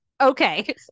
Okay